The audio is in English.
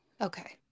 Okay